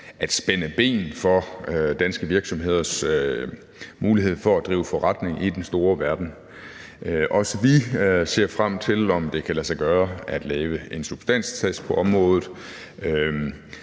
at spænde ben for danske virksomheders mulighed for at drive forretning i den store verden. Også vi ser frem til, om det kan lade sig gøre at lave en substanstest på området.